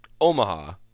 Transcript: Omaha